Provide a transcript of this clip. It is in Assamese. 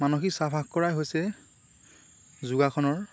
মানসিক চাফা কৰাই হৈছে যোগাসনৰ